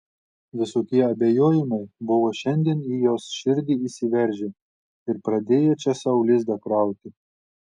visokie abejojimai buvo šiandien į jos širdį įsiveržę ir pradėję čia sau lizdą krauti